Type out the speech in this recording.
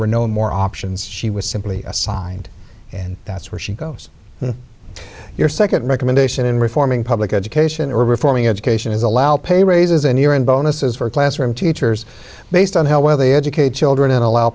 no more options she was simply assigned and that's where she goes and your second recommendation in reforming public education or reforming education is allow pay raises and year end bonuses for classroom teachers based on how well they educate children and allow